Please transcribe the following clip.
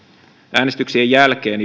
äänestyksien jälkeen